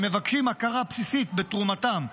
הם מבקשם הכרה בסיסית בתרומתם,